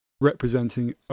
representing